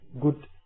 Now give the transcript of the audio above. good